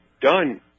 done